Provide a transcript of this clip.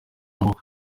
aho